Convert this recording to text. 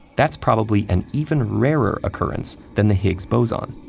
that's probably an even rarer occurrence than the higgs boson.